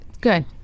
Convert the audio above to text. Good